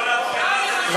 לא, אני חושבת על 27 בחודש.